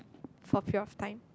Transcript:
for a period of time